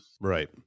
Right